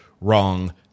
wrong